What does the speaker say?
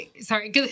Sorry